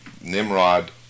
Nimrod